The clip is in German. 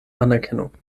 anerkennung